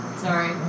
Sorry